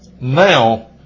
Now